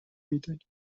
میدانیم